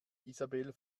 isabel